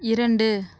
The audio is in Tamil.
இரண்டு